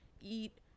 eat